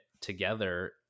together